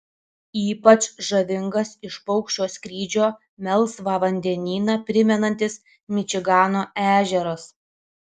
ypač žavingas iš paukščio skrydžio melsvą vandenyną primenantis mičigano ežeras